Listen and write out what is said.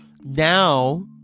Now